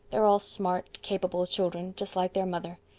they're all smart, capable children, just like their mother.